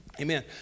Amen